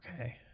okay